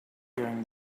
during